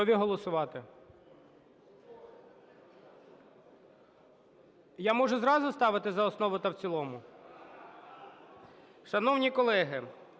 Готові голосувати? Я можу зразу ставити за основу та в цілому? Шановні колеги,